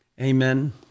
Amen